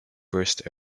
burst